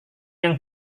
yang